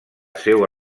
seua